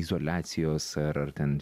izoliacijos ar ar ten